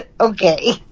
Okay